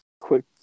quick